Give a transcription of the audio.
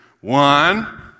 One